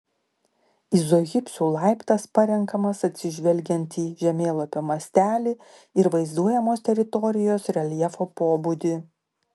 izohipsių laiptas parenkamas atsižvelgiant į žemėlapio mastelį ir vaizduojamos teritorijos reljefo pobūdį